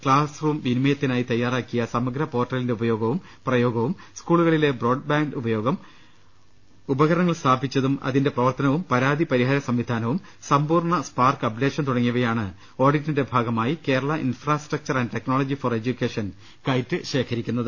classroom വിനിമയത്തിനായി തയാറാക്കിയ സമഗ്ര പോർട്ടലിന്റെ ഉപയോഗവും പ്രയോഗവും സ്കൂളുകളിലെ ബ്രോഡ്ബാന്റ് ഉപ യോഗം ഉപകരണങ്ങൾ സ്ഥാപിച്ചതും അതിന്റെ പ്രവർത്തനവും പരാതി പരിഹാര സംവിധാനവും സമ്പൂർണ്ണ സ്പാർക്ക് അപ്ഡേഷൻ തുടങ്ങിയവയാണ് ഓഡി റ്റിന്റെ ഭാഗമായി Kerala infrastructure and technology for education KITE ശേഖരിക്കുന്നത്